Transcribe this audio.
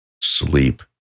Sleep